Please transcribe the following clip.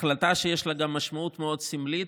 החלטה שיש לה משמעות מאוד סמלית,